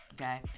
Okay